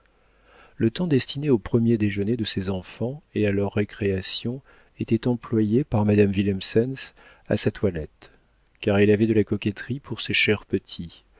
le temps destiné au premier déjeuner de ses enfants et à leur récréation était employé par madame willemsens à sa toilette car elle avait de la coquetterie pour ses chers petits